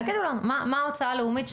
תגידו לנו: מה ההוצאה הלאומית,